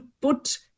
put